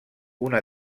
una